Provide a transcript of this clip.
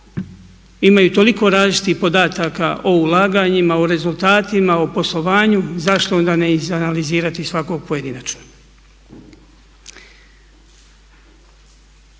imaju toliko različitih podataka o ulaganjima, o rezultatima o poslovanju, zašto onda ne iz analizirati svakog pojedinačno?